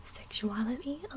sexuality